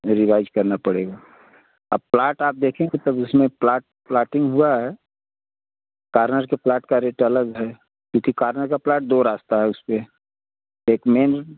revise करना पड़ेगा आ प्लाट आप देखेंगे तब उसमें प्लाट प्लाटिंग हुआ है कार्नर के प्लाट का रेट अलग है क्योंकी कार्नर का प्लाट दो रास्ता है उस पर एक मेन